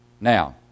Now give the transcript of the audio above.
Now